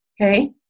Okay